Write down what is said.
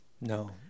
No